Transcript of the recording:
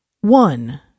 One